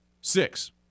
Six